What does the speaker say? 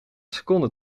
seconden